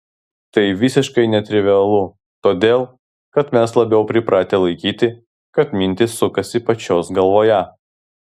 tai visiškai netrivialu todėl kad mes labiau pripratę laikyti kad mintys sukasi pačios galvoje